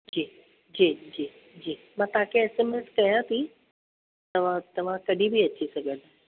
जी जी जी जी मां तव्हांखे एसएमएस कयां थी तव्हां तव्हां कॾहिं बि अची सघो था